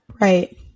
Right